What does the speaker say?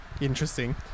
Interesting